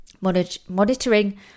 monitoring